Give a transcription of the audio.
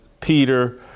Peter